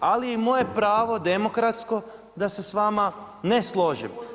Ali je moje pravo demokratsko, da se s vama ne složim.